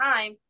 time